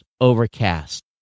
Overcast